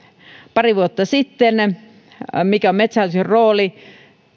pari vuotta sitten siitä mikä on metsähallituksen rooli